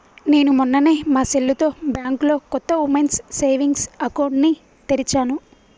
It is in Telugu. నేను మొన్ననే మా సెల్లుతో బ్యాంకులో కొత్త ఉమెన్స్ సేవింగ్స్ అకౌంట్ ని తెరిచాను